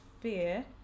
fear